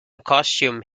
costume